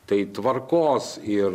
tai tvarkos ir